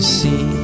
see